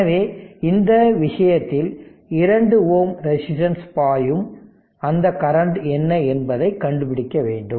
எனவே இந்த விஷயத்தில் 2 Ω ரெசிஸ்டன்ஸ்ல் பாயும் அந்த கரண்ட் என்ன என்பதைக் கண்டுபிடிக்க வேண்டும்